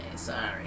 Sorry